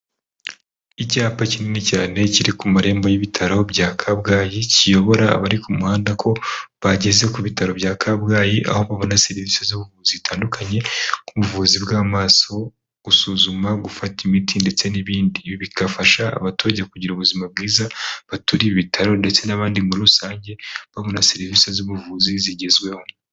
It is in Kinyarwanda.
Icyapa kinini cyane kiri ku marembo y'ibitaro bya kabgayi kiyobora abari ku muhanda ko bageze ku bitaro bya kabgayi aho babona serivisi z'ubuntu zitandukanye nk'ubuvuzi bw'amaso gusuzuma gufata imiti ndetse n'ibindi bigafasha abaturage kugira ubuzima bwiza baturiye ibitaro ndetse n'abandi muri rusange babona serivisi z'ubuvuzi zigezweho.